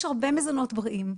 יש הרבה מזונות בריאים,